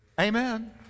Amen